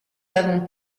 avons